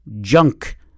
Junk